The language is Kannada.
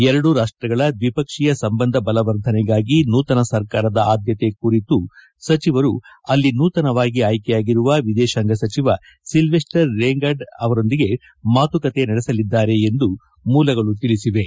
ಎರಡೂ ರಾಷ್ಷಗಳ ದ್ವಿಪಕ್ಷೀಯ ಸಂಬಂಧ ಬಲವರ್ಧನೆಗಾಗಿ ನೂತನ ಸರ್ಕಾರದ ಅದ್ಯತೆ ಕುರಿತು ಸಹ ಸಚಿವರು ಅಲ್ಲಿ ನೂತನವಾಗಿ ಅಯ್ನೆಯಾಗಿರುವ ವಿದೇಶಾಂಗ ಸಚಿವ ಸಿಲ್ಲೆಸ್ಸರ್ ರೇಗಂಡ್ ಅವರೊಂದಿಗೆ ಮಾತುಕತೆ ನಡೆಸಲಿದ್ದಾರೆ ಎಂದು ಮೂಲಗಳು ತಿಳಿಸಿವೆ